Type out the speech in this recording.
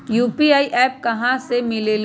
UPI app कहा से मिलेलु?